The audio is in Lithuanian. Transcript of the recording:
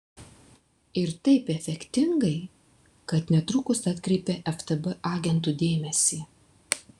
ir taip efektingai kad netrukus atkreipia ftb agentų dėmesį